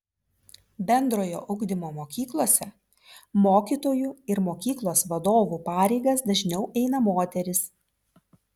bendrojo ugdymo mokyklose mokytojų ir mokyklos vadovų pareigas dažniau eina moterys